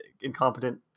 incompetent